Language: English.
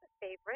favorite